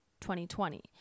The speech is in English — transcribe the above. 2020